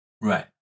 right